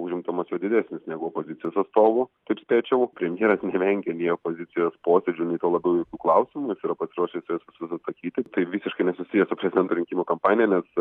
užimtumas jo didesnis negu opozicijos atstovų taip spėčiau premjeras nevengia nei opozicijos posėdžių nei tuo labiau jokių klausimų jis yra pasiruošęs į juos visus atsakyti tai visiškai nesusiję su prezidento rinkimų kampanija nes